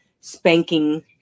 spanking